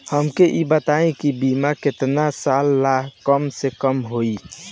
हमके ई बताई कि बीमा केतना साल ला कम से कम होई?